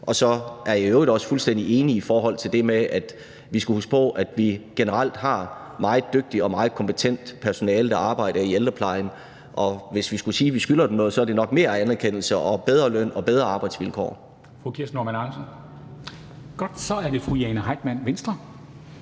Og så er jeg i øvrigt også fuldstændig enig i forhold til det med, at vi skal huske på, at vi generelt har et meget dygtigt og meget kompetent personale i ældreplejen. Hvis vi skulle sige, at vi skylder dem noget, så er det nok mere anerkendelse og bedre løn og bedre arbejdsvilkår.